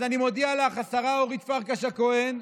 אז אני מודיע לך, השרה אורית פרקש הכהן: